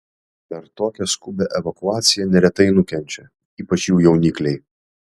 per tokią skubią evakuaciją neretai nukenčia ypač jų jaunikliai